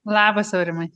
labas aurimai